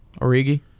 Origi